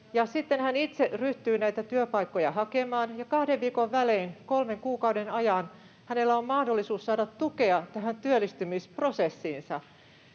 sitten hän itse ryhtyy näitä työpaikkoja hakemaan, ja kahden viikon välein kolmen kuukauden ajan hänellä on mahdollisuus saada tukea tähän työllistymisprosessiinsa.